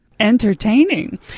entertaining